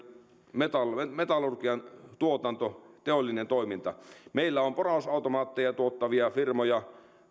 metallurgian metallurgian tuotanto teollinen toiminta meillä on porausautomaatteja tuottavia firmoja